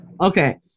Okay